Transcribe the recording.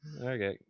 okay